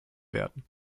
werden